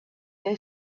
they